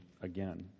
again